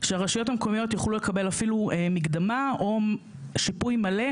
שהרשויות המקומיות יוכלו לקבל מקדמה או אפילו שיפוי מלא,